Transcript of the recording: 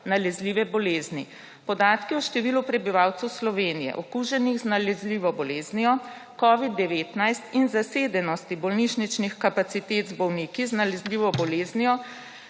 nalezljive bolezni. Podatki o številu prebivalcev Slovenije, okuženih z nalezljivo boleznijo covida-19, in zasedenosti bolnišničnih kapacitet z bolniki z nalezljivo boleznijo,